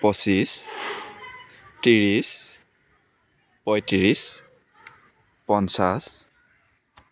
পঁচিছ ত্ৰিছ পয়ত্ৰিছ পঞ্চাছ